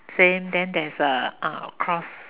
same then there is a uh cross